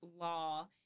law